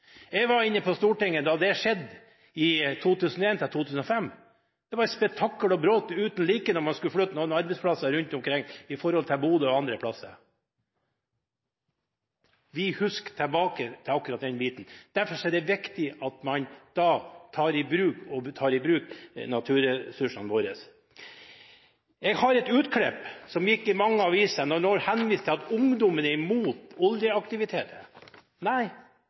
Jeg var inne på Stortinget da det skjedde fra 2001 til 2005. Det var et spetakkel og bråk uten like da man skulle flytte noen arbeidsplasser rundt omkring, til Bodø og andre steder. Vi husker tilbake til akkurat den biten. Derfor er det viktig at vi tar i bruk naturressursene våre. Jeg har et utklipp her av noe som sto på trykk i mange aviser, der det blir henvist til at ungdommen er imot